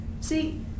See